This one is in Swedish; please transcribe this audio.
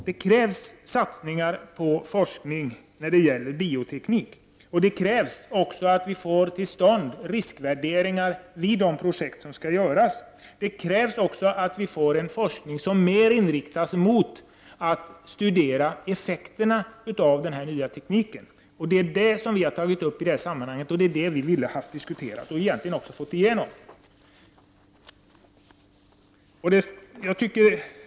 Det krävs satsningar på forskning när det gäller bioteknik, och det krävs också att vi får till stånd riskvärdering av de projekt som skall genomföras. Det krävs även att vi får en forskning som mera inriktas mot att studera effekterna av den nya tekniken. Vi har tagit upp sådana förslag i detta sammanhang. Det var dem vi ville diskutera och som vi också ville ha igenom.